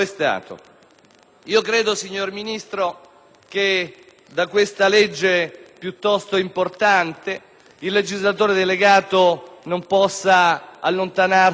Credo, signor Ministro, che da questa legge piuttosto importante il legislatore delegato non possa allontanarsi molto,